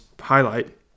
highlight